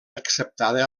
acceptada